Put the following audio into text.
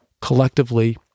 collectively